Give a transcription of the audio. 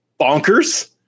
bonkers